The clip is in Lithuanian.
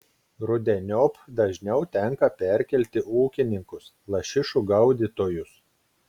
rudeniop dažniau tenka perkelti ūkininkus lašišų gaudytojus